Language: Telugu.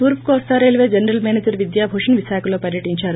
తూర్పుకోస్తారైల్వే జనరల్ మేనేజర్ విద్యాభూషణ్ విశాఖలో పర్యటించారు